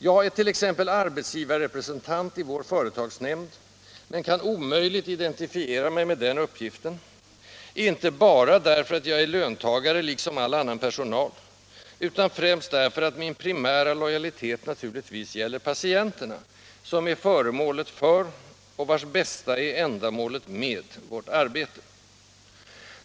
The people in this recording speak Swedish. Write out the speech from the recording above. Jag är t.ex. arbetsgivarrepresentant i vår företagsnämnd, men kan omöjligt identifiera mig med den uppgiften, inte bara därför att jag är löntagare liksom all annan personal, utan främst därför att min primära lojalitet naturligtvis gäller patienterna, som är föremålet för — och vars bästa är ändamålet med — vårt arbete.